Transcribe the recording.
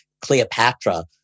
Cleopatra